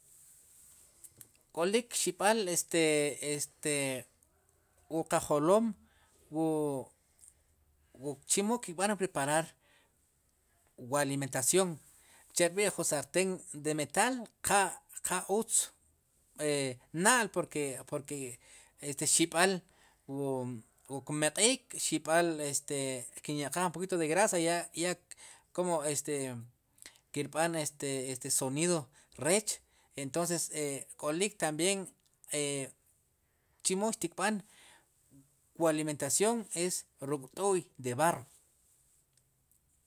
K'olik xib'al este, este wu qe julom wu chemo ki'b'an preparar wu alimentación che rb'i'jun sartén de metal qa utz na'l porque, porque xib'al wu kmeq'iik xib'al kin ya'qaaj un pokito de grasa ya komo este kirb'an este sonido rech entonces k'olik también e chemo xtkb'an wu alimentación ruk't'u'y de barro.